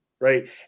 Right